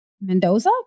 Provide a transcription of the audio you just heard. Mendoza